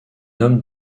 homme